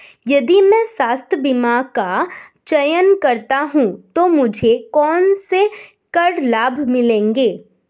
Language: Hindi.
यदि मैं स्वास्थ्य बीमा का चयन करता हूँ तो मुझे कौन से कर लाभ मिलेंगे?